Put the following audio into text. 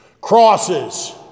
Crosses